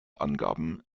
angaben